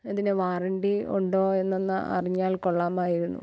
ഇതിന് വാറൻ്റി ഉണ്ടോ എന്നൊന്ന് അറിഞ്ഞാൽ കൊള്ളാമായിരുന്നു